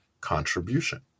contribution